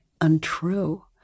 untrue